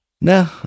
No